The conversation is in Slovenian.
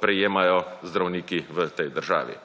prejemajo zdravniki v tej državi.